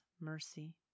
mercy